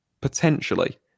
Potentially